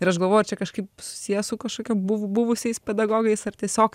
ir aš galvoju ar čia kažkaip susiję su kažkokia buv buvusiais pedagogais ar tiesiog